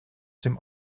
dem